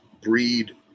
breed